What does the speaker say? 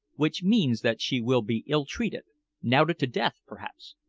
which means that she will be ill-treated knouted to death, perhaps.